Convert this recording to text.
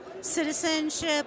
citizenship